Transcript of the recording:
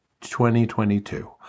2022